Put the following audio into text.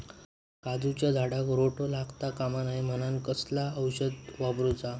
काजूच्या झाडांका रोटो लागता कमा नये म्हनान कसला औषध वापरूचा?